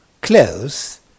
close